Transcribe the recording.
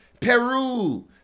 Peru